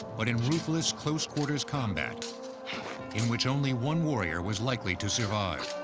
but in ruthless, close-quarters combat in which only one warrior was likely to survive.